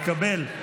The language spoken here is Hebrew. התקבל.